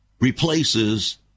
replaces